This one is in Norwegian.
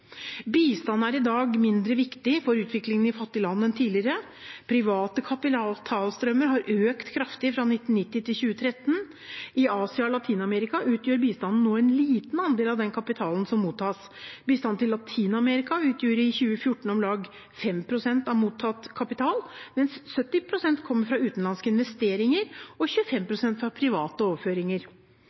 er i dag mindre viktig for utviklingen i fattige land enn tidligere. Private kapitalstrømmer har økt kraftig fra 1990 til 2013. I Asia og Latin-Amerika utgjør bistanden nå en liten andel av den kapitalen som mottas. Bistand til Latin-Amerika utgjorde i 2014 om lag 5 pst. av mottatt kapital, mens 70 pst. kommer fra utenlandske investeringer og 25 pst. fra private overføringer.